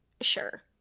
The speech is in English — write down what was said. sure